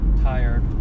tired